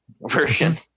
version